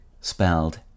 spelled